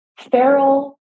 feral